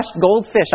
goldfish